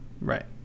Right